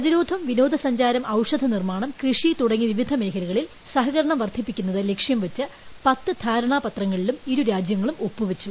പ്രതിരോധം വിനോദസഞ്ചാരം ഔഷധ നിർമ്മാണ് കൃഷി തുടങ്ങി വിവിധ മേഖലകളിൽ സഹകരണം വർദ്ധിപ്പിക്കുന്നത് ലക്ഷ്യവെച്ച് പത്ത് ധാരണാ പത്രങ്ങളിലും ഒപ്പുവെച്ചു